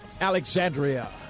Alexandria